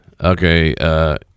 Okay